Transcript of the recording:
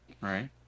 Right